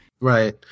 right